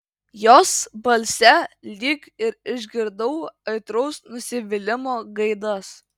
jos balse lyg ir išgirdau aitraus nusivylimo gaidas